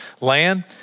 land